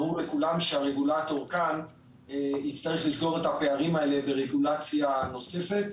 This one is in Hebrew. ברור לכולם שהרגולטור כאן יצטרך לסגור את הפערים האלה ברגולציה נוספת.